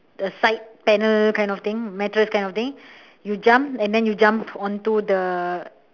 the side panel kind of thing mattress kind of thing you jump and you jump onto the